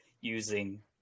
using